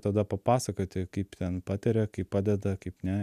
tada papasakoti kaip ten pataria kaip padeda kaip ne